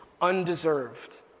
undeserved